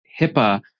HIPAA